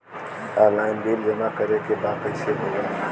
Online bill जमा करे के बा कईसे होगा?